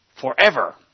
forever